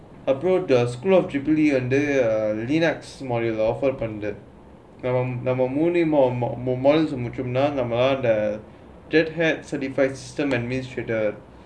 approve the school of jubilee under the Linux module offered நம்ம முழியும்மா:namma muliyummaa the Red Hat certified system administrator